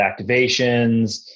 activations